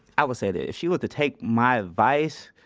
i will say that if she was to take my advice,